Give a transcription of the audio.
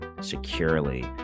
securely